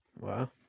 wow